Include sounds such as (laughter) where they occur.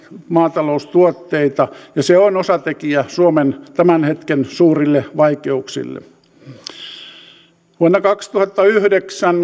maataloustuotteita ja se on osatekijä suomen tämän hetken suurille vaikeuksille vuonna kaksituhattayhdeksän (unintelligible)